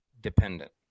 dependent